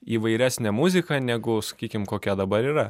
įvairesnę muziką negu sakykim kokia dabar yra